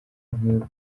nkuko